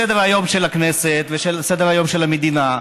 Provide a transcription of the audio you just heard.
מסדר-היום של הכנסת ומסדר-היום של המדינה.